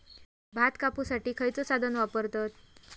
भात कापुसाठी खैयचो साधन वापरतत?